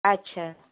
আচ্ছা